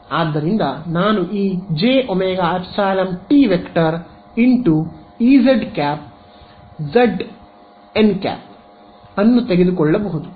ಆದ್ದರಿಂದ ನಾನು ಈ jωϵ0⃗T × E z z N ಅನ್ನು ತೆಗೆದುಕೊಳ್ಳಬಹುದು